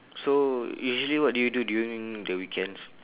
so usually what do you do during the weekends